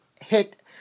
hit